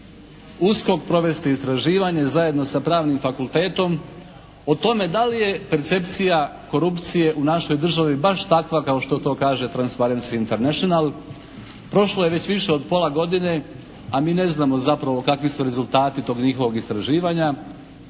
USKOK provesti istraživanje zajedno sa Pravnim fakultetom o tome da li je percepcija korupcije u našoj državi baš takva kao što to kaže Transparensy International. Prošlo je već više od pola godine a mi neznamo zapravo kakvi su rezultati tog njihovog istraživanja